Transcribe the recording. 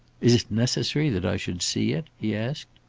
is it necessary that i should see it? he asked.